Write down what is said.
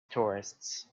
tourists